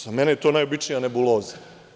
Za mene je to najobičnija nebuloza.